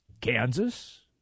Kansas